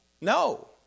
No